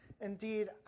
Indeed